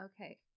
Okay